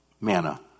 Manna